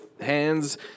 hands